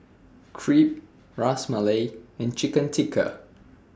Crepe Ras Malai and Chicken Tikka